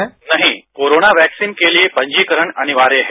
उत्तर नहीं corona vaccine के लिए पंजीकरण अनिवार्य है